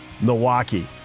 Milwaukee